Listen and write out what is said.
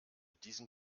diesen